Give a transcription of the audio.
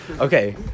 Okay